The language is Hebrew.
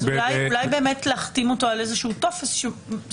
אז אולי להחתים אותו על טופס סטנדרטי.